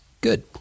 good